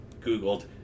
googled